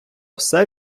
все